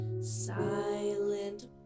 Silent